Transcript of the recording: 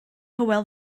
hywel